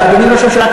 אדוני ראש הממשלה,